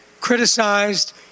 criticized